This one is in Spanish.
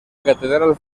catedral